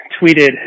tweeted